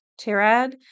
Tirad